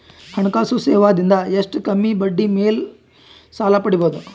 ಹಣಕಾಸು ಸೇವಾ ದಿಂದ ಎಷ್ಟ ಕಮ್ಮಿಬಡ್ಡಿ ಮೇಲ್ ಸಾಲ ಪಡಿಬೋದ?